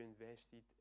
invested